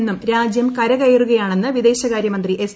നിന്നും രാജ്യം കരകയറുകയാണെന്ന് വിദേശകാരൃമന്ത്രി എസ്